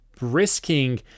risking